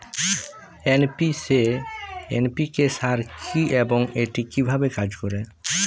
NPK সার কি এবং এটি কিভাবে কাজ করে?